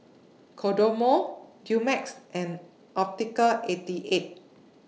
Kodomo Dumex and Optical eighty eight